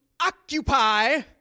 occupy